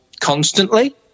constantly